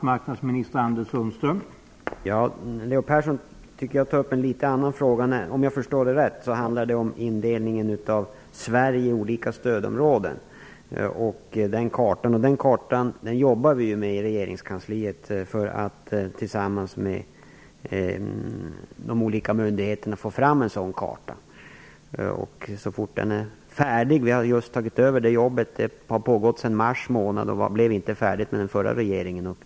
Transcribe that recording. Herr talman! Leo Persson tar upp en annan fråga än den han har ställt till mig. Om jag förstår det rätt handlar det om indelningen av Sverige i olika stödområden. Vi jobbar i regeringskansliet tillsammans med olika myndigheter för att få fram en sådan karta. Vi har just tagit över det jobbet. Det har pågått sedan mars månad och blev inte färdigt under den förra regeringen.